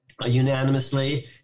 unanimously